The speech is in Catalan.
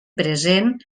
present